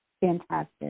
Fantastic